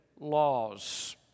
laws